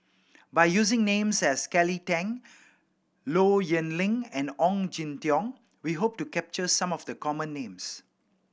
by using names as Kelly Tang Low Yen Ling and Ong Jin Teong we hope to capture some of the common names